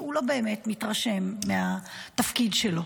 הוא לא באמת מתרשם מהתפקיד שלו.